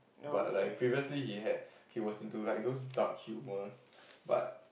but like previously he had he was into like those dark humours but